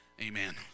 amen